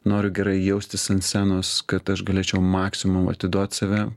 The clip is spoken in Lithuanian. noriu gerai jaustis ant scenos kad aš galėčiau maksimum atiduot save